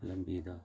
ꯂꯝꯕꯤꯗ